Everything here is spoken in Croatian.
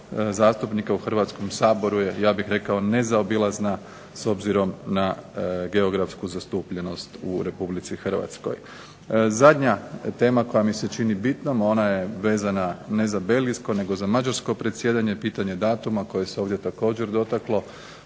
zastupnika u Hrvatskom saboru je nezaobilazna s obzirom na geografsku zastupljenost u Republici Hrvatskoj. Zadnja tema koja mi se čini bitnom, a ona je vezana ne za Belgijsko, nego za Mađarsko predsjedanje, pitanje datuma koje se ovdje također dotaklo.